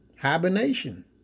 hibernation